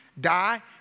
die